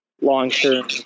long-term